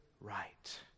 right